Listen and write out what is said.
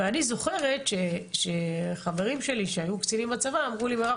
ואני זוכרת שחברים שלי שהיו קצינים בצבא אמרו לי: מירב,